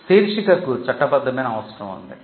శీర్షికకు చట్టబద్ధమైన అవసరం ఉంది